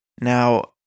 Now